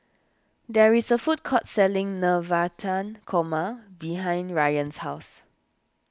there is a food court selling Navratan Korma behind Ryann's house